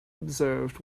observed